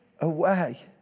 away